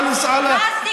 באמת,